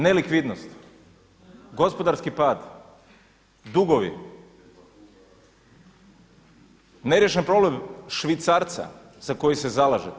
Nelikvidnost, gospodarski pad, dugovi, neriješen problem švicarca za koji se zalažete.